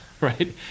right